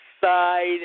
side